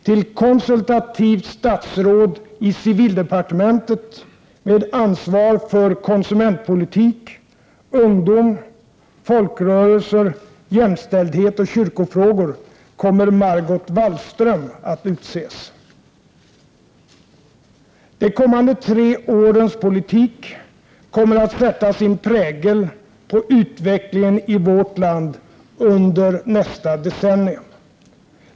Till konsultativt statsråd i civildepartementet med ansvar för konsumentpolitik, ungdom, folkrörelser, jämställdhet och kyrkofrågor kommer Margot Wallström att utses. De kommande tre årens politik kommer att sätta sin prägel på utvecklingen i vårt land under nästa decennium.